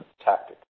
tactic